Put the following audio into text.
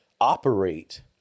operate